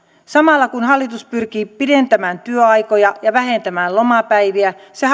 samalla kun hallitus pyrkii pidentämään työaikoja ja vähentämään lomapäiviä se